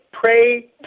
pray